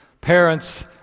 parents